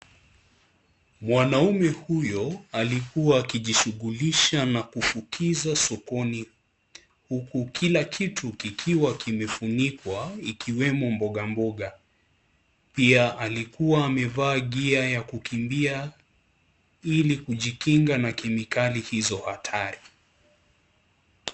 Mwanaume huyo, alikuwa akijishughulisha na kufukiza sokoni huku kila kitu kikiwa kimefunikwa ,ikiwemo mboga mboga. Pia alikuwa amevaa gia ya kukimbia , ili kujikinga na kemikali hizo hatari .